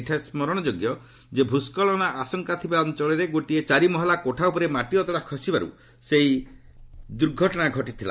ଏଠାରେ ସ୍କରଣ ଯୋଗ୍ୟ ଯେ ଭୂସ୍ଖଳନ ଆଶଙ୍କା ଥିବା ଅଞ୍ଚଳରେ ଗୋଟିଏ ଚାରି ମହଲା କୋଠା ଉପରେ ମାଟି ଅତଡ଼ା ଖସିବାରୁ ସେହି ଦୁର୍ଘଟଣା ଘଟିଥିଲା